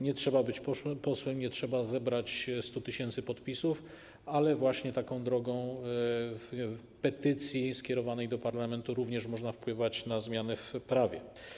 Nie trzeba być posłem, nie trzeba zebrać 100 tys. podpisów, ale właśnie taką drogą petycji skierowanej do parlamentu również można wpływać na zmiany w prawie.